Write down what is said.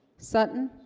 sutton